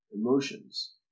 emotions